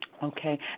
Okay